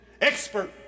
expert